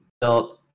built